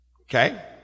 Okay